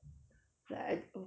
like I